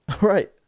Right